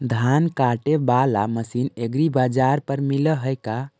धान काटे बाला मशीन एग्रीबाजार पर मिल है का?